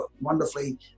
wonderfully